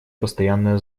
постоянная